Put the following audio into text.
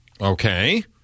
Okay